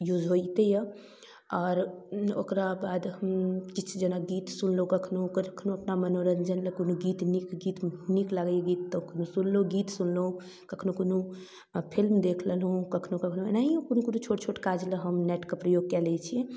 use होइते अइ आओर ओकरा बाद हम किछु जेना गीत सुनलहुँ कखनहु कखनहु अपना मनोरञ्जनलए कोनो गीत नीक गीत नीक लागैए गीत तऽ सुनलहुँ गीत सुनलहुँ कखनहु कोनो फिलिम देखि लेलहुँ कखनहु कखनहु एनाहिए कोनो कोनो छोट छोट काजलए हम नेटके प्रयोग कऽ लै छी